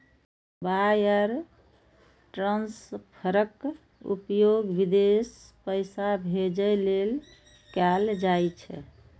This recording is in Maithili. वायर ट्रांसफरक उपयोग विदेश पैसा भेजै लेल कैल जाइ छै